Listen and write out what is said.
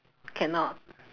cannot